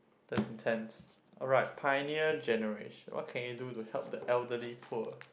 that's intense alright pioneer generation what can you do to help the elderly poor